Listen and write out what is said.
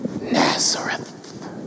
Nazareth